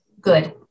good